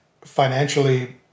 financially